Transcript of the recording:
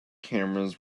cameras